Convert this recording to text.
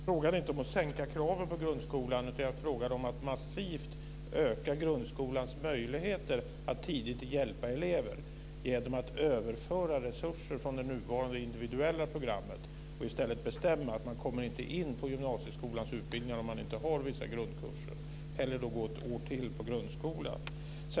Fru talman! Jag frågade inte om att sänka kraven i grundskolan. Jag talade om att massivt öka grundskolans möjligheter att tidigt hjälpa elever genom att överföra resurser från det nuvarande individuella programmet och bestämma att man inte kommer in på gymnasieskolans utbildningar om man inte har vissa grundkurser. Då är det bättre att gå ett år till i grundskolan.